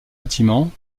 bâtiment